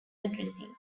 addressing